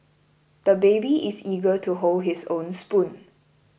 the baby is eager to hold his own spoon